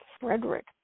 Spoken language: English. Frederick